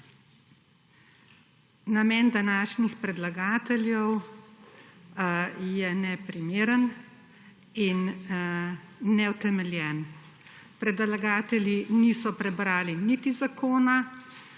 Namen današnjih predlagateljev je neprimeren in neutemeljen. Predlagatelji niso prebrali niti Zakona